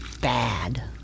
bad